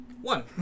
one